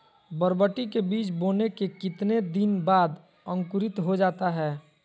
बरबटी के बीज बोने के कितने दिन बाद अंकुरित हो जाता है?